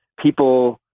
People